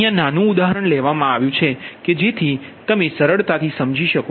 અહીયા નાનુ ઉદાહરણ લેવામાં આવેલુ છે કે જેથી તમે સમજી શકો